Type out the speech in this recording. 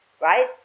right